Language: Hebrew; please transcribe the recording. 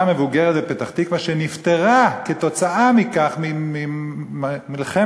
מבוגרת בפתח-תקווה שנפטרה כתוצאה ממלחמת